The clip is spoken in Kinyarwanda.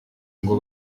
ngo